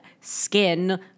skin